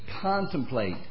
contemplate